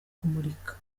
kumurika